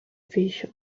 fiŝo